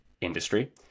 industry